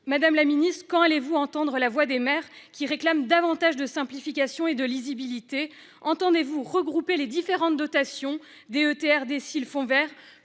Madame la ministre, quand allez-vous entendre la voix des maires qui réclament davantage de simplification et de lisibilité ? Comptez-vous regrouper les différentes dotations- DETR, DSIL,